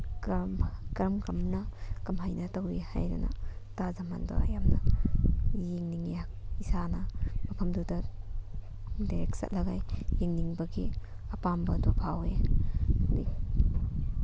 ꯀꯔꯝ ꯀꯔꯝꯅ ꯀꯃꯥꯏꯅ ꯇꯧꯔꯤ ꯍꯥꯏꯗꯅ ꯇꯥꯖꯃꯍꯜꯗꯣ ꯑꯩ ꯌꯥꯝꯅ ꯌꯦꯡꯅꯤꯡꯉꯤ ꯏꯁꯥꯅ ꯃꯐꯝꯗꯨꯗ ꯗꯥꯏꯔꯦꯛ ꯆꯠꯂꯒ ꯑꯩ ꯌꯦꯡꯅꯤꯡꯕꯒꯤ ꯑꯄꯥꯝꯕꯗꯣ ꯐꯥꯎꯋꯤ